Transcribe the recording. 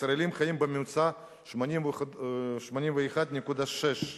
הישראלים חיים בממוצע 81.6 שנים,